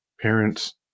parents